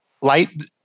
light